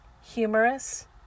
humorous